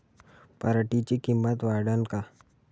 पराटीची किंमत वाढन का?